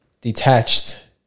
detached